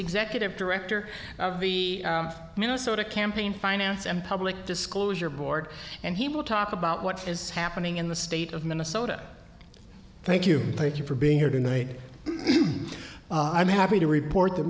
executive director of the minnesota campaign finance and public disclosure board and he will talk about what is happening in the state of minnesota thank you thank you for being here tonight i'm happy to report th